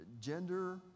gender